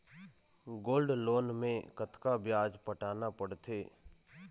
Gold loan मे कतका ब्याज पटाना पड़थे?